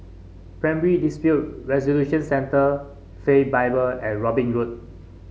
Primary Dispute Resolution Centre Faith Bible and Robin Road